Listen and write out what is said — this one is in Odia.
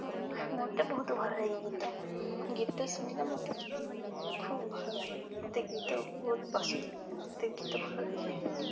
ମୋତେ ବହୁତ ଭଲ ଲାଗେ ଗୀତ ଗୀତ ଶୁଣିଲେ ମୋତେ ଖୁବ୍ ଭଲ ଲାଗେ ମୋତେ ଗୀତ ବହୁତ ପସନ୍ଦ ମୋତେ ଗୀତ ଭଲ ଲାଗେ